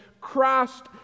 Christ